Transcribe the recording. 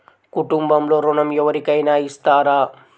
కుటుంబంలో ఋణం ఎవరికైనా ఇస్తారా?